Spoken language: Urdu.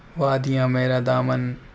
وادیاں میرا دامن